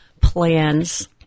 plans